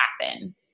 happen